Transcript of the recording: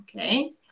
okay